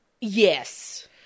yes